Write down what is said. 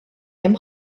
hemm